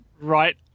right